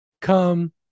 come